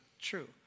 true